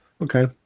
Okay